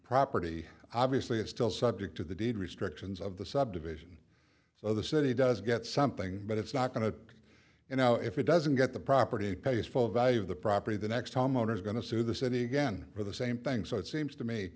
property obviously is still subject to the deed restrictions of the subdivision so the city does get something but it's not going to you know if it doesn't get the property values full value of the property the next homeowners are going to sue the city again for the same thing so it seems to me